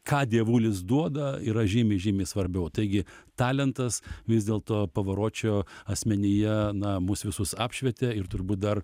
ką dievulis duoda yra žymiai žymiai svarbiau taigi talentas vis dėlto pavaročio asmenyje na mus visus apšvietė ir turbūt dar